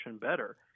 better